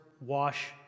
wash